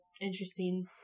interesting